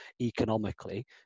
economically